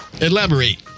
Elaborate